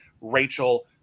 Rachel